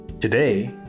Today